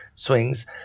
swings